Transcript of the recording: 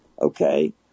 Okay